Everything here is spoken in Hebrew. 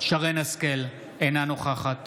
אינה נוכחת